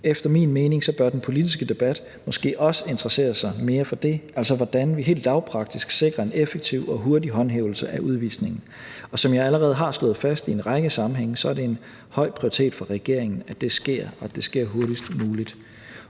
Efter min mening bør den politiske debat måske også interessere sig mere for det, altså hvordan vi helt lavpraktisk sikrer en effektiv og hurtig håndhævelse af udvisningen. Og som jeg allerede har slået fast i en række sammenhænge, er det en høj prioritet for regeringen, at det sker, og at det sker hurtigst muligt.